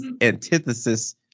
antithesis